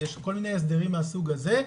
כל מיני הסדרים מהסוג הזה,